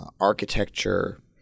architecture